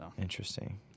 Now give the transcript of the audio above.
Interesting